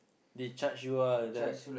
they charge you ah like that